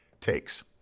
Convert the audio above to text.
takes